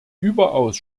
überaus